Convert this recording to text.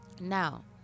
Now